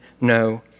no